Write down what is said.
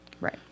Right